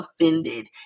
offended